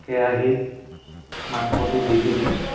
কেৰাহিত মাংসটো দি পিনি